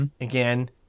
again